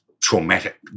traumatic